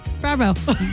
bravo